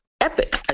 epic